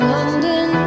London